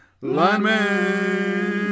lineman